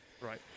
Right